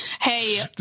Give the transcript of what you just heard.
Hey